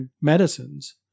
medicines